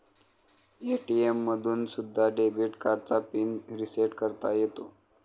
ATM मधून सुद्धा debit कार्डचा पिन रिसेट करता येतो